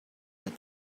that